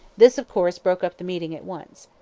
this of course broke up the meeting at once.